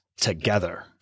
together